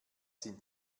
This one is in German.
sind